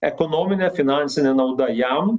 ekonomine finansine nauda jam